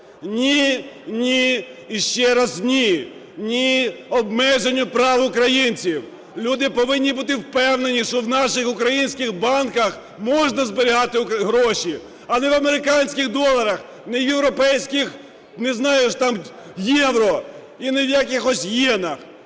ні, і ще раз ні! Ні, ні обмеженню прав українців! Люди повинні бути впевнені, що у наших українських банках можна зберігати гроші, а не в американських доларах, не в європейських, не